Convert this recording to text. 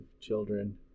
children